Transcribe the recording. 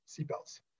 seatbelts